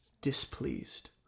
displeased